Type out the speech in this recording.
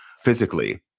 physically,